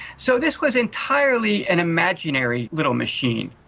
so this was entirely an imaginary little machine,